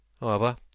However